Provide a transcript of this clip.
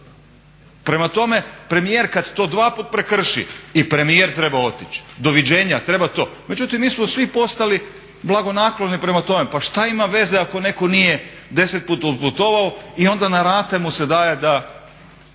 Prema tome, premijer kad to dvaput prekrši i premijer treba otići, doviđenja, treba to. Međutim, mi smo svi postali blagonakloni prema tome, pa šta ima veze ako neko nije deset puta otputovao i onda na rate mu se daje da